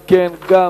אם כן, גם